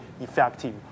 effective